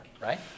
right